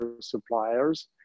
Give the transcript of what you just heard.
suppliers